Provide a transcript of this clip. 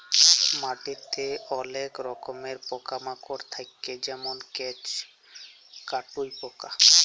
মাটিতে অলেক রকমের পকা মাকড় থাক্যে যেমল কেঁচ, কাটুই পকা